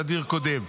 תדיר קודם.